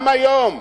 גם היום,